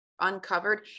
uncovered